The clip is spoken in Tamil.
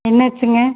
என்னாச்சுங்க